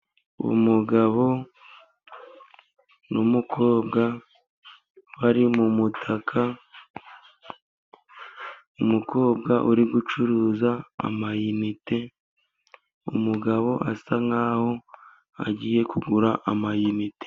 Umugabo n'umukobwa bari mu mutaka, umukobwa uri gucuruza amayinite, umugabo asa nk'aho agiye kugura amayinite.